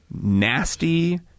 nasty